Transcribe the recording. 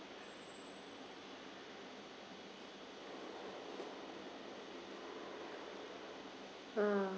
ha